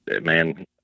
man